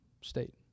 state